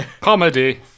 comedy